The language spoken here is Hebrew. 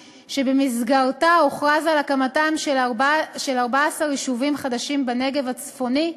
שבמסגרתה הוכרז על הקמתם של 14 יישובים חדשים בנגב הצפוני,